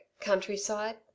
countryside